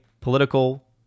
political